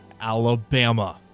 Alabama